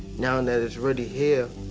now and that it's really here,